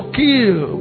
kill